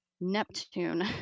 Neptune